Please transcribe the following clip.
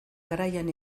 garaian